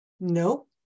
Nope